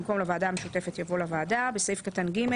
במקום "לוועדה המשותפת" יבוא "לוועדה"; בסעיף קטן (ג),